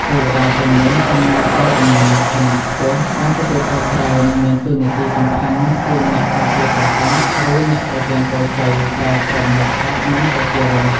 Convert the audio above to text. ទេវតាទាំងនេះតំណាងឲ្យអំណាច ឋានៈខ្ពស់ ការទទួលខុសត្រូវ និងមានតួនាទីសំខាន់ជាអ្នកការពារប្រាសាទ ឬ អ្នកប្រទានពរជ័យ ដល់ព្រះមហាក្សត្រ និងប្រជារាស្ត្រ។